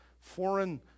foreign